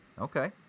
Okay